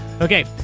Okay